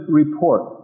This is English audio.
report